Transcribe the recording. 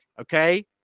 okay